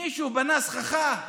מישהו בנה סככה,